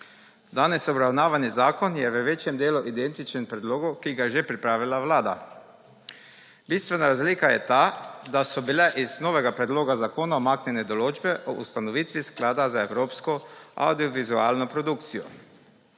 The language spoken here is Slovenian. Danes obravnavani zakon je v večjem delu identičen predlogu, ki ga je že pripravila Vlada. Bistvena razlika je ta, da so bile iz novega predloga zakona umaknjene določbe o ustanovitvi sklada za evropsko avdiovizualno produkcijo.